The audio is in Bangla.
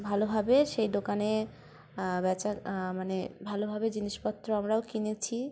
ভালোভাবে সেই দোকানে বেচার মানে ভালোভাবে জিনিসপত্র আমরাও কিনেছি